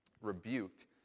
rebuked